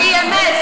שהיא אמת.